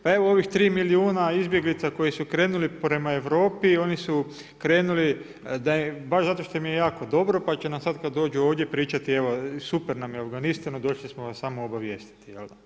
Pa evo ovih 3 milijuna izbjeglica koji su krenuli prema Europi, oni su krenuli baš zato što im je jako dobro, pa će nam sad kad dođu ovdje pričati evo super nam je u Afganistanu, došli smo vas samo obavijestiti.